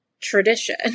tradition